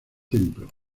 templo